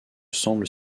semble